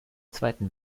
zweiten